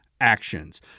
actions